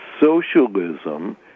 socialism